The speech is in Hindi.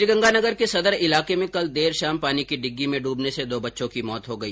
श्रीगंगानगर के सदर इलाके में कल देर शाम पानी की डिग्गी में डूबने से दो बच्चों की मौत हो गई